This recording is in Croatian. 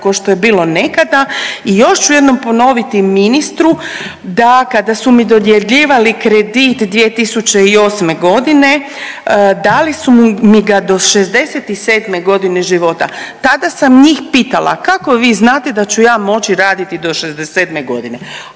ko što je bilo nekad. I još ću jednom ponoviti ministru da kada su mi dodjeljivali kredit 2008. godine dali su mi ga do 67 godine života. Tada sam njih pitala kako vi znate da ću ja moći raditi do 67 godine,